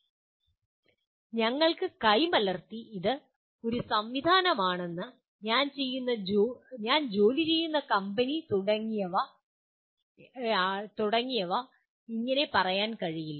ഞങ്ങൾക്ക് കൈമലർത്തി അത് ഒരു സംവിധാനമാണെന്ന് ഞാൻ ജോലി ചെയ്യുന്ന കമ്പനി തുടങ്ങിയവ പറയാൻ കഴിയില്ല